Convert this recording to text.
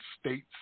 states